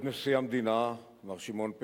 כבוד נשיא המדינה, מר שמעון פרס,